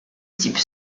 type